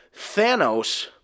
Thanos